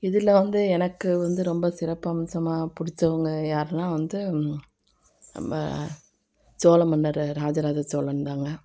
இதில் வந்து எனக்கு வந்து ரொம்ப சிறப்பம்சமாக பிடிச்சவங்க யாருன்னா வந்து நம்ம சோழ மன்னர் ராஜராஜ சோழன் தாங்க